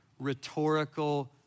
rhetorical